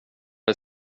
väl